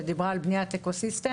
שדיברה על בניית אקוסיסטם.